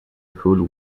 fool